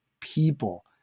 people